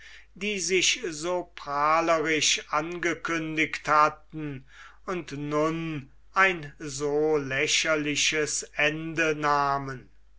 die sich so prahlerisch angekündigt hatten und nun ein so lächerliches ende nahmen